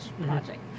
project